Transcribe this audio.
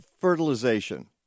fertilization